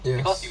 yes